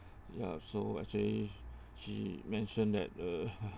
ya so actually she mentioned that uh